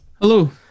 Hello